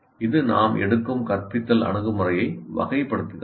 இது நாம் எடுக்கும் கற்பித்தல் அணுகுமுறையை வகைப்படுத்துகிறது